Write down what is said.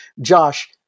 Josh